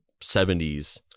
70s